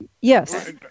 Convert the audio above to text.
Yes